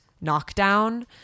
knockdown